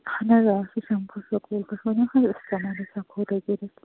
اَہن حظ آ سُہ چھُنہٕ